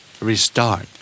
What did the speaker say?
Restart